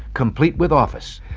complete with office.